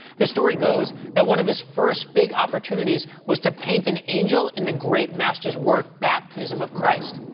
the story goes that one of his first big opportunities was to paint an angel in the great master's work baptism of christ.